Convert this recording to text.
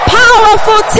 powerful